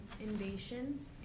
Invasion